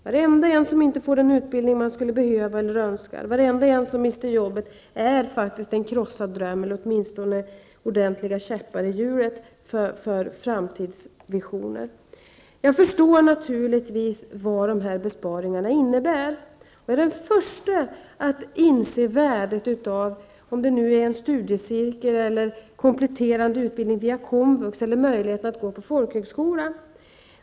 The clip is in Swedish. För alla som inte får den utbildning som de skulle behöva eller önskar och för alla som mister jobbet innebär det en krossad dröm eller åtminstone ordentliga käppar i hjulet när det gäller framtidsvisionerna. Jag förstår naturligtvis vad dessa besparingar innebär. Jag är den första att inse värdet av en studiecirkel, kompletterande utbildning vid komvux eller möjlighet att gå på folkhögskola.